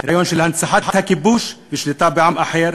רעיון של הנצחת הכיבוש ושליטה בעם אחר.